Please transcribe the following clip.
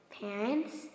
parents